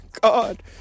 god